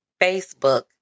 Facebook